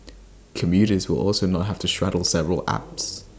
commuters will also not have to straddle several apps